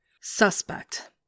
Suspect